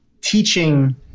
teaching